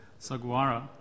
saguara